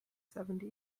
seventy